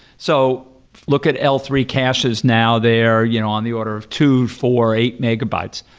so look at l three caches now, they're you know on the order of two, four, eight megabytes.